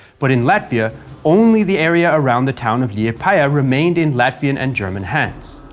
but in latvia only the area around the town of liepaja remained in latvian and german hands.